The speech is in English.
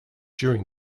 during